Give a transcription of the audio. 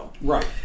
right